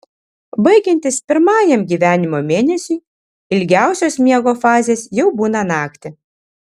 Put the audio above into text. baigiantis pirmajam gyvenimo mėnesiui ilgiausios miego fazės jau būna naktį